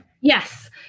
Yes